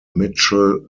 mitchell